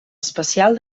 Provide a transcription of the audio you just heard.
especial